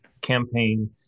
campaign